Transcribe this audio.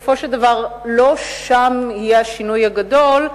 בסופו של דבר לא שם יהיה השינוי הגדול,